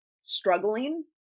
struggling